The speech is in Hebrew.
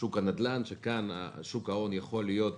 שוק הנדל"ן, שכאן שוק ההון יכול להיות